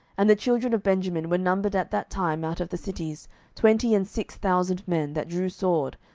and the children of benjamin were numbered at that time out of the cities twenty and six thousand men that drew sword,